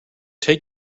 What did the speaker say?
take